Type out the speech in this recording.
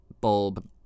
bulb